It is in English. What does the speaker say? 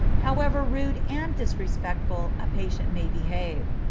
however rude and disrespectful a patient may behave.